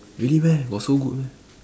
really meh got so good meh